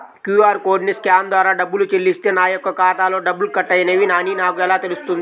QR కోడ్ని scan ద్వారా డబ్బులు చెల్లిస్తే నా యొక్క ఖాతాలో డబ్బులు కట్ అయినవి అని నాకు ఎలా తెలుస్తుంది?